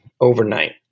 overnight